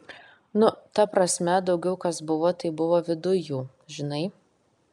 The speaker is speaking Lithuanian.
nu ta prasme daugiau kas buvo tai buvo viduj jų žinai